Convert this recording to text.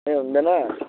ए हुँदैन